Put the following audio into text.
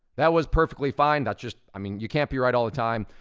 that was perfectly fine. that's just, i mean, you can't be right all the time.